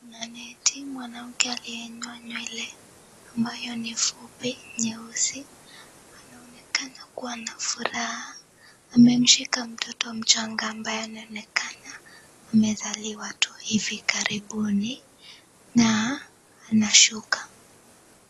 Kuna nesi, mwanamke aliyenyoa nywele ambayo ni fupi nyeusi. Anaonekana kuwa na furaha. Amemshika mtoto mchanga ambaye anaonekana amezaliwa tu hivi karibuni, na anashuka.